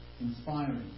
Inspiring